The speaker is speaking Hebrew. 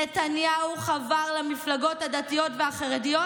נתניהו חבר למפלגות הדתיות והחרדיות,